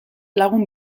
lagun